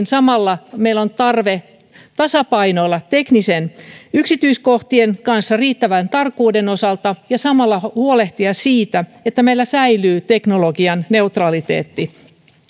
samalla meillä on tarve tasapainoilla teknisten yksityiskohtien kanssa riittävän tarkkuuden osalta ja samalla huolehtia siitä että meillä säilyy teknologian neutraliteetti